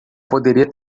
poderia